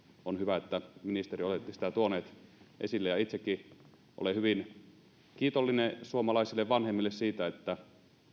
on hyvä että ministeri olette sitä tuoneet esille itsekin olen hyvin kiitollinen suomalaisille vanhemmille siitä että